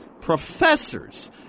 professors